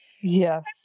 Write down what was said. yes